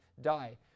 die